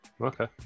Okay